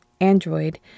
Android